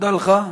תודה לך.